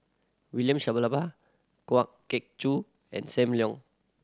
William Shellabear Kwa Geok Choo and Sam Leong